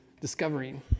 discovering